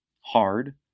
hard